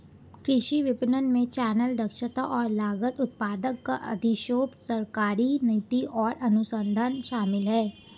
कृषि विपणन में चैनल, दक्षता और लागत, उत्पादक का अधिशेष, सरकारी नीति और अनुसंधान शामिल हैं